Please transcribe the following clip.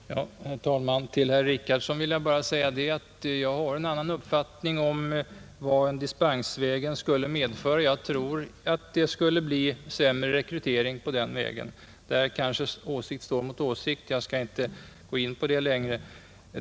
Herr talman! Till herr Richardson vill jag bara säga, att jag har en annan uppfattning än han om vad en dispensväg skulle medföra: Jag tror att det skulle bli sämre rekrytering på den vägen. Där kanske åsikt står mot åsikt — jag skall inte gå in mera på detta.